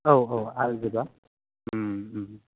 औ औ आयुरबेदा ओम ओम